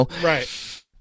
Right